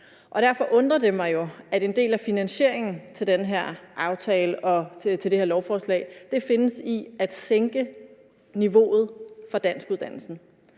Derfor undrer det mig jo, at en del af finansieringen til den her aftale og til det her lovforslag findes i at sænke niveauet for danskuddannelsen.